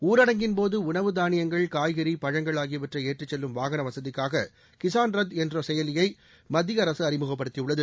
ஊரடங்கின் போது உணவு தானியங்கள்காய்கறி பழங்கள் ஆகியவற்றை ஏற்றி செல்லும் வாகன வசதிக்காக கிஸான் ரத் என்ற செயலியை மத்திய அரசு அறிமுகப்படுத்தியுள்ளது